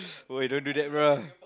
oh I don't do that bro